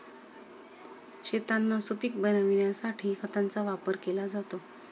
शेतांना सुपीक बनविण्यासाठी खतांचा वापर केला जातो